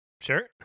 sure